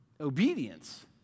obedience